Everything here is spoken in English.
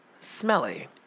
Smelly